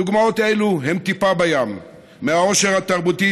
דוגמאות אלו הן טיפה בים מהעושר התרבותי